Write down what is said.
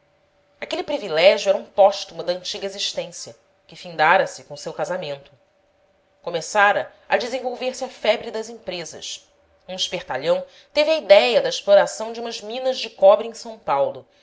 aquele privilégio era um póstumo da antiga existência que findara se com o seu casamento começara a desenvolver-se a febre das empresas um espertalhão teve a idéia da exploração de umas minas de cobre em são paulo